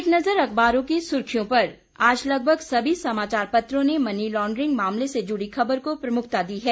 एक नजर अखबारों की सुर्खियों पर आज लगभग सभी समाचार पत्रों ने मनी लॉड्रिग मामले से जुड़ी खबर को प्रमुखता दी है